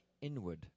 inward